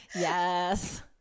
Yes